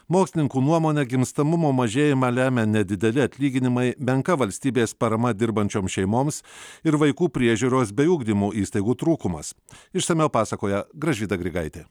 mokslininkų nuomone gimstamumo mažėjimą lemia nedideli atlyginimai menka valstybės parama dirbančioms šeimoms ir vaikų priežiūros bei ugdymo įstaigų trūkumas išsamiau pasakoja gražvyda grigaitė